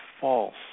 false